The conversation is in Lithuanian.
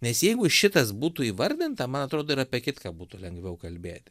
nes jeigu šitas būtų įvardinta man atrodo ir apie kitką būtų lengviau kalbėti